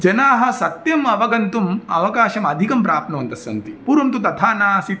जनाः सत्यम् अवगन्तुम् अवकाशम् अधिकं प्राप्नुवन्तः सन्ति पूर्वं तु तथा न आसीत्